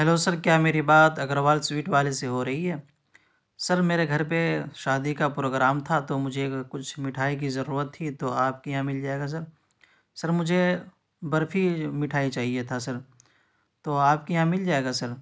hello sir کیا میری بات اگروال سویٹ والے سے ہو رہی ہے سر میرے گھر پہ شادی کا پروگرام تھا تو مجھے کچھ مٹھائی کی ضرورت تھی تو آپ کے یہاں مل جائے گا سر سر مجھے برفی مٹھائی چاہیے تھا سر تو آپ کے یہاں مل جائے گا سر